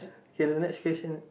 K the next question